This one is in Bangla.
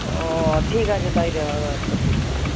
ও ঠিক আছে তাই দেওয়া হবে আচ্ছা ঠিক আছে